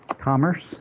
Commerce